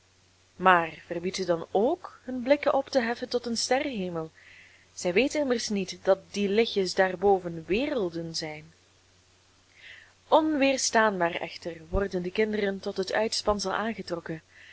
maar verbied ze dan ook hun blikken op te heffen tot den sterrenhemel zij weten immers niet dat die lichtjes daarboven werelden zijn onweerstaanbaar echter worden de kinderen tot het uitspansel aangetrokken